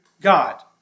God